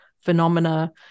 phenomena